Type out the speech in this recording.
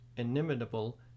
inimitable